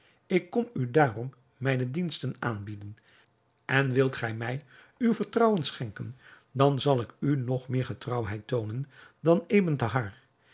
ik kom u daarom mijne diensten aanbieden en wilt gij mij uw vertrouwen schenken dan zal ik u nog meer getrouwheid toonen dan ebn thahar